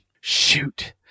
shoot